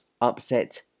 upset